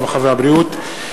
הרווחה והבריאות.